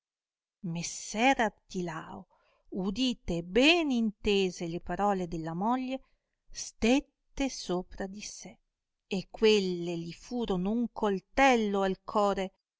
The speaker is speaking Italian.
messer artilao udite e ben intese le parole della moglie stette sopra di sé e quelle li furono un coltello al core